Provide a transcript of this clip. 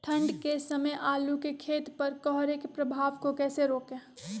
ठंढ के समय आलू के खेत पर कोहरे के प्रभाव को कैसे रोके?